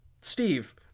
Steve